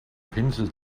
pinsel